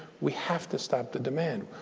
we have to stop the demand.